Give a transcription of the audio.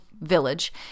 village